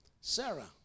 Sarah